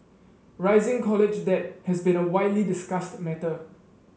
rising college debt has been a widely discussed matter